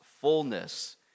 fullness